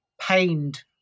pained